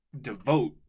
devote